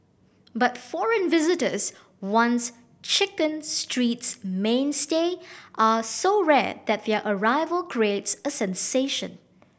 but foreign visitors once Chicken Street's mainstay are so rare that their arrival creates a sensation